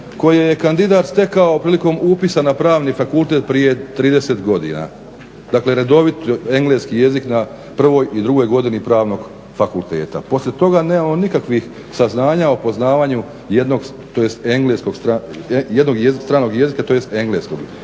koje je kandidat stekao prilikom upisa na Pravni fakultet prije 30 godina. Dakle, redovit engleski jezik na prvoj i drugoj godini Pravnog fakulteta. Poslije toga nemamo nikakvih saznanja o poznavanju jednog stranog jezika tj. engleskog